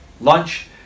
Lunch